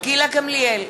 גילה גמליאל,